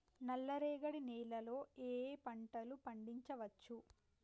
నల్లరేగడి నేల లో ఏ ఏ పంట లు పండించచ్చు?